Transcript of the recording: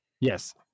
Yes